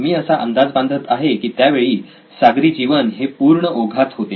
मी असा अंदाज बांधत आहे की त्यावेळी सागरी जीवन हे पूर्ण ओघात होते